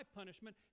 punishment